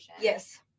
Yes